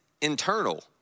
internal